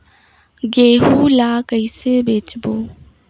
गहूं ला कइसे बेचबो?